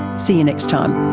see you next time